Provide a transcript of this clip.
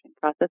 process